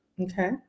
Okay